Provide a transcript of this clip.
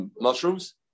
mushrooms